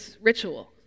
ritual